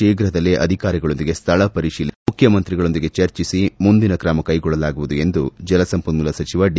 ಶೀಘ್ರದಲ್ಲೇ ಅಧಿಕಾರಿಗಕೊಂದಿಗೆ ಸ್ನಳ ಪರಿತೀಲನೆ ನಡೆಸಿ ಮುಖ್ಯಮಂತ್ರಿಗಕೊಂದಿಗೆ ಚರ್ಚಿಸಿ ಮುಂದಿನ ಕ್ರಮ ಕೈಗೊಳ್ಳಲಾಗುವುದು ಎಂದು ಜಲಸಂಪನ್ನೂಲ ಸಚಿವ ಡಿ